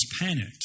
panicked